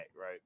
right